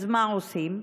מה עושים?